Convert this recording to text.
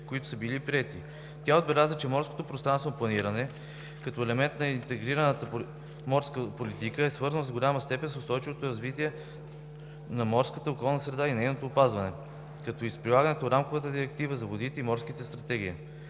които са били приети. Тя отбеляза, че морското пространствено планиране като елемент на Интегрираната морска политика е свързано в голяма степен с устойчивото ползване на морската околна среда и нейното опазване, както и с прилагането на рамковата Директива за водите и Морската стратегия.